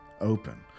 open